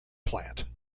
plant